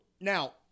now